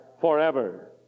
forever